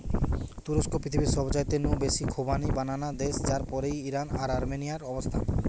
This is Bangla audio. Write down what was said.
তুরস্ক পৃথিবীর সবচাইতে নু বেশি খোবানি বানানা দেশ যার পরেই ইরান আর আর্মেনিয়ার অবস্থান